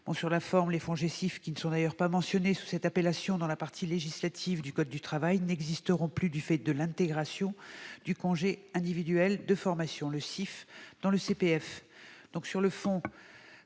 Sur la forme, les FONGECIF, qui ne sont d'ailleurs pas mentionnés sous cette appellation dans la partie législative du code du travail, n'existeront plus du fait de l'intégration du congé individuel de formation, le CIF, dans le CPF.